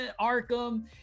arkham